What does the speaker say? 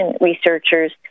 researchers